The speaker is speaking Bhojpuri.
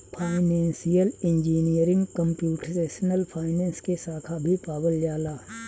फाइनेंसियल इंजीनियरिंग कंप्यूटेशनल फाइनेंस के साखा भी पावल जाला